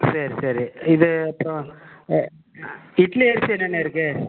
சரி சரி இது இப்போ இட்லி அரிசி என்னாண்ண இருக்கு